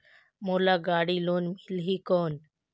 मोला गाड़ी लोन मिलही कौन?